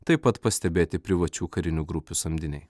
taip pat pastebėti privačių karinių grupių samdiniai